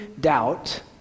doubt